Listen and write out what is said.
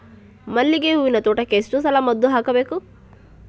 ಮಲ್ಲಿಗೆ ಹೂವಿನ ತೋಟಕ್ಕೆ ಎಷ್ಟು ಸಲ ಮದ್ದು ಹಾಕಬೇಕು?